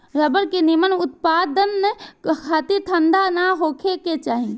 rubber के निमन उत्पदान खातिर ठंडा ना होखे के चाही